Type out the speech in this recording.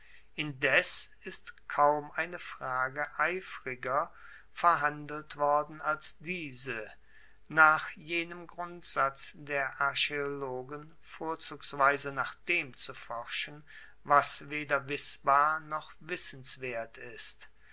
indes ist kaum eine frage eifriger verhandelt worden als diese nach jenem grundsatz der archaeologen vorzugsweise nach dem zu forschen was weder wissbar noch wissenswert ist